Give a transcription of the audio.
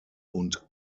und